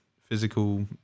physical